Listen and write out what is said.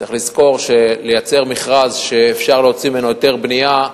צריך לזכור שלייצר מכרז שאפשר להוציא ממנו היתר בנייה,